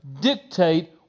dictate